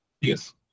Yes